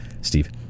Steve